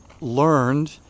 learned